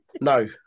No